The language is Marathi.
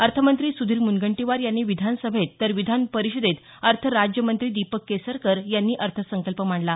अर्थमंत्री सुधीर मुनगंटीवार यांनी विधानसभेत तर विधानपरिषदेत अर्थराज्यमंत्री दीपक केसरकर यांनी अर्थसंकल्प मांडला